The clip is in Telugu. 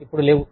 ఇప్పుడు లేవు